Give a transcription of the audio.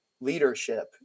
Leadership